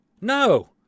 no